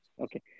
Okay